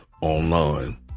online